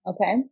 Okay